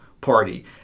party